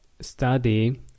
study